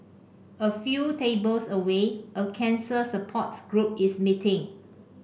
a few tables away a cancer support group is meeting